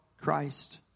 Christ